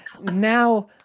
now